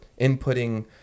inputting